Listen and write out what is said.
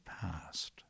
past